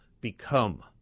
become